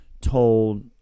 told